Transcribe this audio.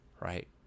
right